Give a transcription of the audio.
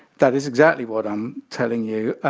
that is exactly what i'm telling you.